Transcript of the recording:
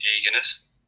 eagerness